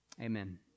Amen